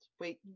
wait